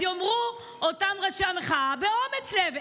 אז יאמרו אותם ראשי המחאה באומץ לב,